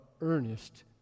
earnest